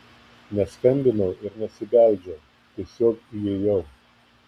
neskambinau ir nesibeldžiau tiesiog įėjau